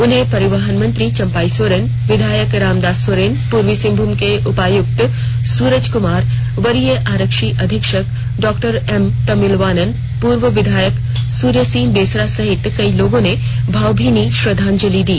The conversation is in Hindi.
उन्हें परिवहन मंत्री चंपई सोरेन विधायक रामदास सोरेन पूर्वी सिंहभूम के उपायुक्त सूरज कुमार वरीय आरक्षी अधीक्षक डॉ एम तमिलवानन पूर्व विधायक सूर्य सिंह बेसरा सहित कई लोगों ने भावभीनी श्रद्वांजलि दी